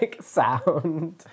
sound